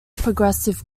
progressive